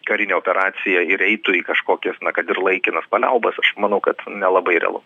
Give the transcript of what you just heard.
karinę operaciją ir eitų į kažkokias na kad ir laikinas paliaubas aš manau kad nelabai realu